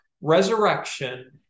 resurrection